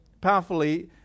powerfully